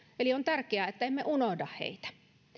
eli on tärkeää että emme unohda heitä